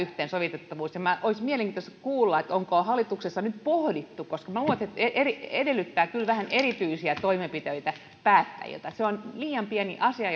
yhteensovitettavuus katkaistaan olisi mielenkiintoista kuulla onko hallituksessa nyt pohdittu koska minä luulen että se edellyttää kyllä vähän erityisiä toimenpiteitä päättäjiltä ja että se on liian pieni asia